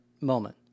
moment